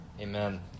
Amen